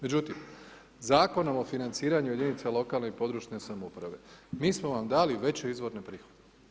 Međutim, Zakonom o financiranju jedinica lokalne i područne samouprave mi smo vam dali veće izvorne prihode.